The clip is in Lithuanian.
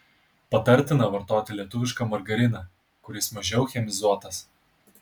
patartina vartoti lietuvišką margariną kuris mažiau chemizuotas